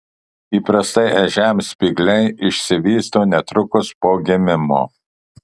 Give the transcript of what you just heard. įprastai ežiams spygliai išsivysto netrukus po gimimo